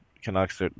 Canucks